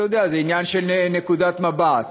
אתה יודע, זה עניין של נקודת מבט.